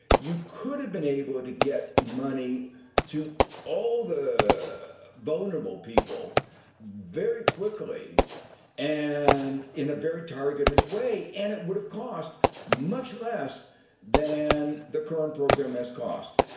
you could have been able to get money to all the vulnerable people very quickly and in a very targeted way. and it would have cost much less than the current program has cost.